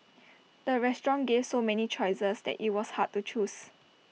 the restaurant gave so many choices that IT was hard to choose